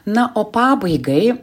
na o pabaigai